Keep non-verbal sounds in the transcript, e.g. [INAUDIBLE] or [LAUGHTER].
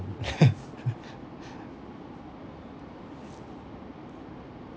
[LAUGHS]